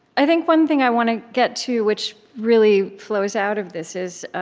i think one thing i want to get to, which really flows out of this, is